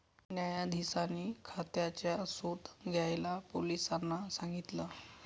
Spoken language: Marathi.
न्यायाधीशांनी खात्याचा शोध घ्यायला पोलिसांना सांगितल